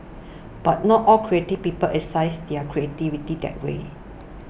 but not all creative people exercise their creativity that way